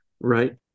Right